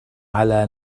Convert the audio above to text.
على